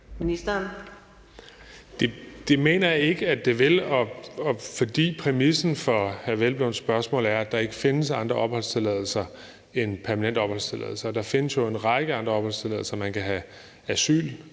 Det mener jeg ikke at det vil, også fordi præmissen for Peder Hvelplund spørgsmål er, at der ikke findes andre opholdstilladelser end en permanent opholdstilladelse, og der findes jo en række andre opholdstilladelser. Man kan have en